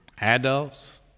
adults